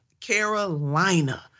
Carolina